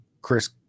Chris